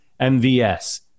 MVS